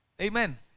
Amen